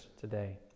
today